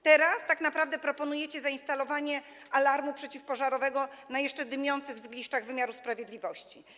Teraz tak naprawdę proponujecie zainstalowanie alarmu przeciwpożarowego na jeszcze dymiących zgliszczach wymiaru sprawiedliwości.